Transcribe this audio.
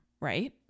right